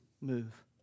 move